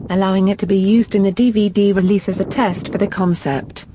allowing it to be used in the dvd release as a test for the concept,